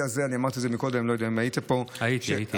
ככה, אבל אפשר להגדיר אותך כרב-שואל,